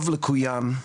בוקר טוב לכולם,